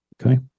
okay